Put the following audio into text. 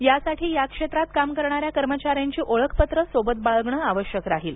यासाठी या क्षेत्रात काम करणाऱ्या कर्मचाऱ्यांनी ओळखपत्र सोबत बाळगण आवश्यक राहील